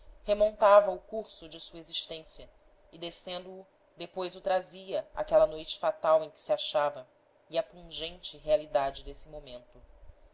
remontava o curso de sua existência e descendo o depois o trazia àquela noite fatal em que se achava e à pungente realidade desse momento